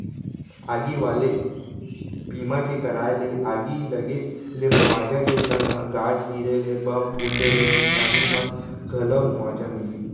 आगी वाले बीमा के कराय ले आगी लगे ले मुवाजा के संग म गाज गिरे ले, बम फूटे ले नुकसानी म घलौ मुवाजा मिलही